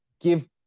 give